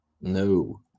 No